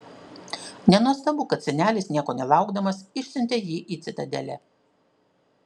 nenuostabu kad senelis nieko nelaukdamas išsiuntė jį į citadelę